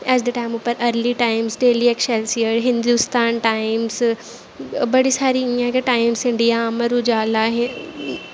अज्ज दे टाइम उप्पर Early Times Daily Excelsior Hindustan Times बड़ी सारी इ'यां गै टाइम्स इंडिया अमर उज़ाला एह्